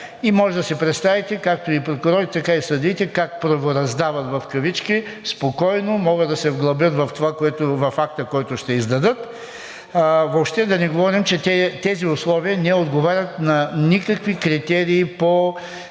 и можете да си представите както и прокурорите, така и съдиите как правораздават – спокойно могат да се вглъбят в това, в акта, който ще издадат, а въобще да не говорим, че тези условия не отговарят на никакви критерии по